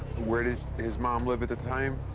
where did his mom live at the time?